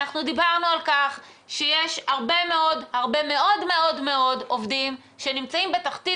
דיברנו על-כך שיש הרבה מאוד עובדים שנמצאים בתחתית